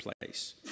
place